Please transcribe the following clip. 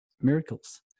miracles